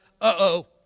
uh-oh